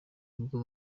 nibwo